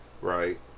Right